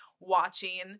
watching